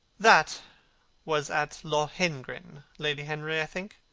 that was at lohengrin, lady henry, i think?